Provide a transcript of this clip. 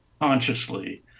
consciously